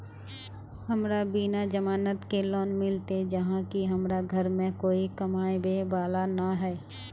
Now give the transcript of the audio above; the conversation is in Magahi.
हमरा बिना जमानत के लोन मिलते चाँह की हमरा घर में कोई कमाबये वाला नय है?